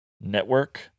network